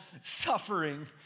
suffering